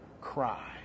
cry